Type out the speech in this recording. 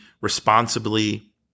responsibly